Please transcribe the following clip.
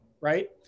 right